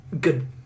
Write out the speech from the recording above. good